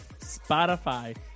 Spotify